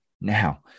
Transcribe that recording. Now